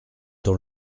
dans